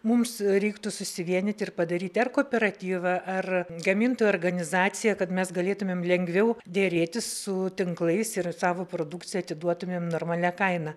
mums reiktų susivienyti ir padaryti ar kooperatyvą ar gamintojų organizaciją kad mes galėtumėm lengviau derėtis su tinklais ir savo produkciją atiduotumėm normalia kaina